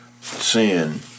sin